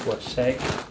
you are shag